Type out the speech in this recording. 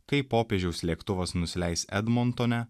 kai popiežiaus lėktuvas nusileis edmontone